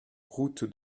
route